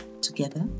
together